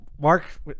Mark